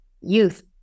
youth